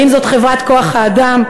האם זאת חברת כוח-האדם,